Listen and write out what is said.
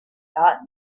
thought